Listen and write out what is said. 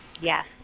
Yes